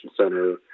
center